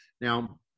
Now